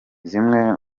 zimwe